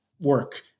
work